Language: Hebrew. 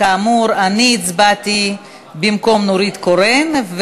כאמור, אני הצבעתי במקום נורית קורן.